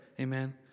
Amen